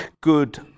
good